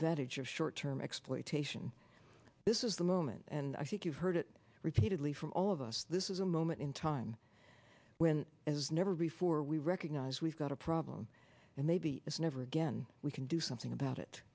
advantage of short term exploitation this is the moment and i think you've heard it repeatedly from all of us this is a moment in time when as never before we recognize we've got a problem and maybe it's never again we can do something about it